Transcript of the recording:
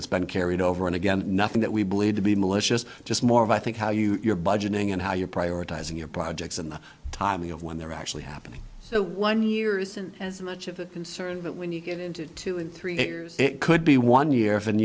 that's been carried over and again nothing that we believe to be malicious just more of i think how you're budgeting and how you're prioritizing your projects and the timing of when they're actually happening so one year isn't as much of a concern but when you get into two and three it could be one year